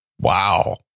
Wow